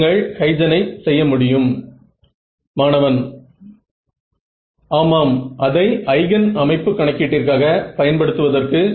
நீங்கள் MoM ஐ தீர்க்கும் எக்சைட்டேஷனின் தேர்வு முக்கியமல்ல என்று இது தெரிவிக்கிறது